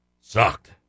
Sucked